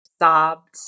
sobbed